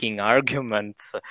arguments